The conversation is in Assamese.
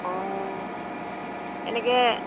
অঁ এনেকৈ